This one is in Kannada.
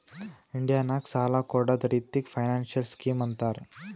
ಇಂಡಿಯಾ ನಾಗ್ ಸಾಲ ಕೊಡ್ಡದ್ ರಿತ್ತಿಗ್ ಫೈನಾನ್ಸಿಯಲ್ ಸ್ಕೀಮ್ ಅಂತಾರ್